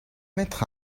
mettre